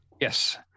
Yes